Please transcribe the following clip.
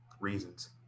reasons